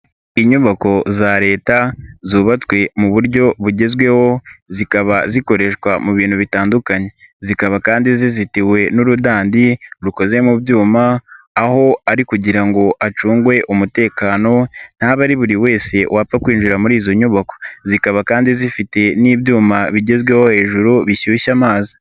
Inyubako za Leta zubatswe mu buryo bugezweho zikaba zikoreshwa mu bintu bitandukanye, zikaba kandi zizitiwe n'urudandi rukoze mu byuma aho ari kugira ngo acungwe umutekano ntabe ari buri wese wapfa kwinjira muri izo nyubako, zikaba kandi zifite n'ibyuma bigezweho hejuru bishyushya amazi.